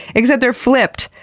except they're flipped!